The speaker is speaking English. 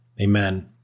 Amen